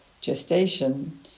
gestation